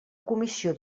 comissió